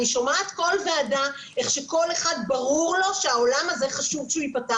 אני שומעת כל ועדה איך שלכל אחד ברור שהעולם הזה חשוב שייפתח